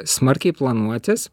smarkiai planuotis